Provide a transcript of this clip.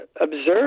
Observe